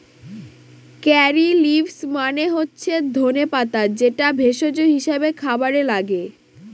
কারী leaves মানে হচ্ছে ধনে পাতা যেটা ভেষজ হিসাবে খাবারে লাগে